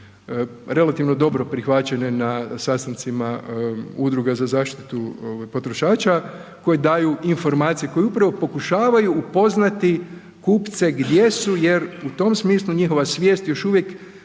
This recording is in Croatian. relativno dobro prihvaćane na sastancima udruga za zaštitu potrošača koje daju informacije koje upravo pokušavaju upoznati kupce gdje su jer u tom smislu njihova svijest još uvijek